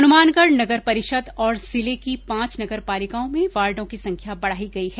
हनुमानगढ़ नगर परिषद और जिले की पांच नगरपालिकाओ में वार्डों की संख्या बढ़ाई गई है